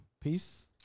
Peace